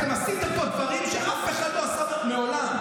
אתם עשיתם פה דברים שאף אחד לא עשה פה מעולם.